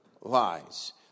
lies